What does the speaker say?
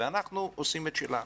ואנחנו עושים את שלנו.